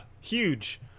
huge